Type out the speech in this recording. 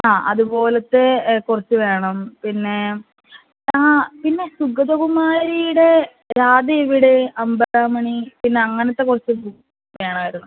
ആ അതുപോലത്തെ കുറച്ച് വേണം പിന്നെ ആ പിന്നെ സുഗതകുമാരിയുടെ രാധ ഇവിടെ അമ്പലമണി പിന്നെ അങ്ങനത്തെ കുറച്ച് ബുക്ക്സ് വേണമായിരുന്നു